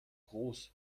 groß